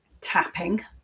tapping